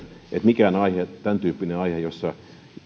mikään tämäntyyppinen aihe jossa